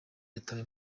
yatawe